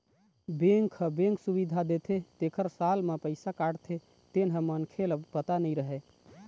bank ह bank सुबिधा देथे तेखर साल म पइसा काटथे तेन ह मनखे ल पता नइ रहय